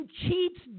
cheats